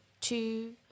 two